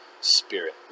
spirit